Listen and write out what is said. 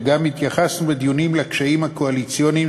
וגם התייחסנו בדיונים לקשיים קואליציוניים